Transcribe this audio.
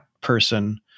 person